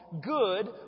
good